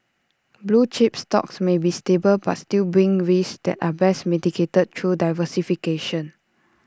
blue chip stocks may be stable but still brings risks that are best mitigated through diversification